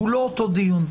הוא לא אותו דיון.